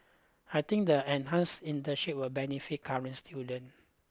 I think the enhanced internships will benefit current students